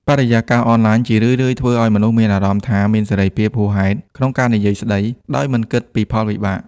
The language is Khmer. បរិយាកាសអនឡាញជារឿយៗធ្វើឲ្យមនុស្សមានអារម្មណ៍ថាមានសេរីភាពហួសហេតុក្នុងការនិយាយស្ដី ដោយមិនគិតពីផលវិបាក។